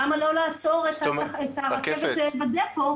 למה לא לעצור את הרכבת בדפו,